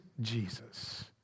Jesus